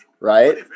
right